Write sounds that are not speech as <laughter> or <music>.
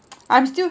<noise> I'm still